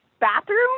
bathroom